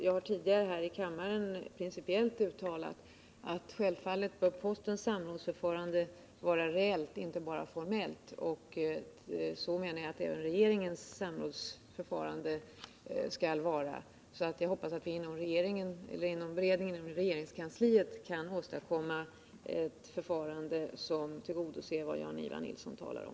Jag har tidigare här i kammaren principiellt uttalat att självfallet bör postens samrådsförfarande vara reellt och inte bara formellt, och det menar jag att även regeringens samrådsförfarande skall vara. Jag hoppas att vi inom beredningen i regeringskansliet kan åstadkomma ett förfarande som tillgodoser vad Jan-Ivan Nilsson talar om.